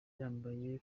yambaye